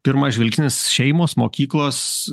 pirmas žvilgsnis šeimos mokyklos